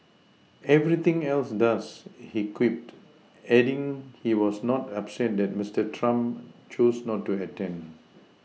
everything else does he quipped adding he was not upset that Mister Trump chose not to attend